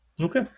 Okay